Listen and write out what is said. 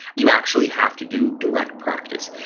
you actually have to do direct practice.